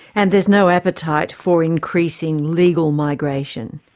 and there's no appetite for increasing legal migration?